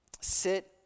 sit